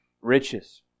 riches